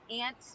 aunt